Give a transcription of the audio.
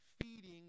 feeding